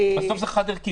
בסוף זה חד ערכי.